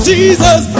Jesus